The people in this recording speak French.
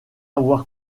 avoir